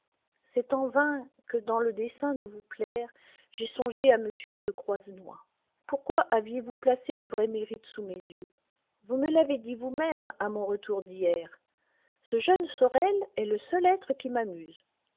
c'est en vain que dans le dessein de vous plaire j'ai songé à m de croisenois pourquoi aviez-vous placé le vrai mérite sous mes yeux vous me l'avez dit vous-même à mon retour d'hyères ce jeune sorel est le seul être qui m'amuse